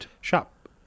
shop